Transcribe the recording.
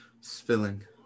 spilling